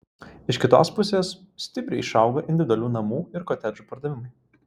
iš kitos pusės stipriai išaugo individualių namų ir kotedžų pardavimai